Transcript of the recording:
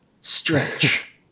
stretch